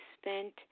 spent